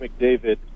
mcdavid